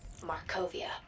Markovia